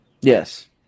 Yes